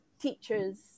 teachers